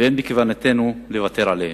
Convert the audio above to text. ואין בכוונתנו לוותר עליהם.